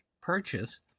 purchase